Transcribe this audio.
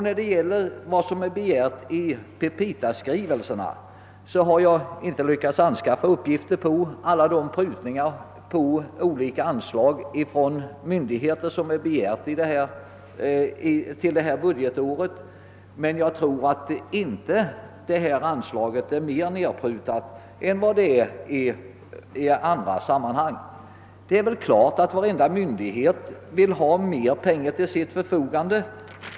När det gäller vad som har begärts i petitaskrivelserna måste jag säga att jag inte har lyckats anskaffa uppgifter om alla de prutningar av de äskade anslagen som gjorts detta budgetår, men jag tror inte att detta anslag blivit mer nedprutat än andra. Det är väl klart att alla myndigheter vill ha mer pengar till sitt förfogande.